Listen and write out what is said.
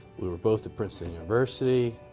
we were both at princeton university,